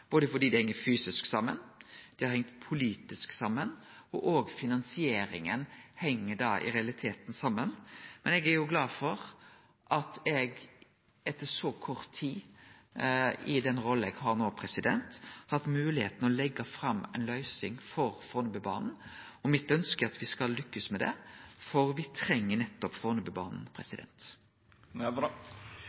fordi dei heng fysisk saman. Dei heng politisk saman, og òg finansieringa heng i realiteten saman, men eg er glad for at eg, etter så kort tid i den rolla eg har no, har hatt moglegheit til å leggje fram ei løysing for Fornebubanen. Mitt ønske er at me skal lykkast med det, for me treng Fornebubanen.